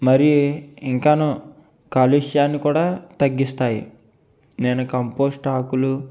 మరి ఇంకాను కాలుష్యాన్ని కూడా తగ్గిస్తాయి నేను కంపోస్ట్ ఆకులు